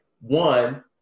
One